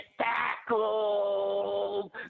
tackled